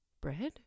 Bread